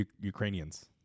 Ukrainians